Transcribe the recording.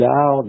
Now